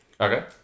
Okay